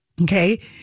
Okay